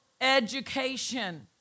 education